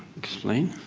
explain.